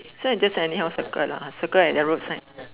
so I just anyhow circle lah circle at the roadside